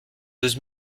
douze